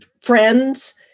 friends